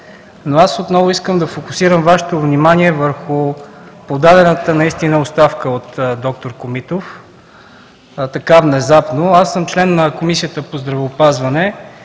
Но отново искам да фокусирам Вашето внимание върху подадената оставка от д-р Комитов, така внезапно. Аз съм член на Комисията по здравеопазването.